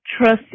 trust